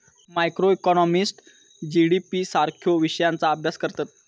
macroeconomist GDP सारख्यो विषयांचा अभ्यास करतत